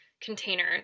container